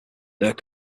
there